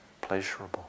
pleasurable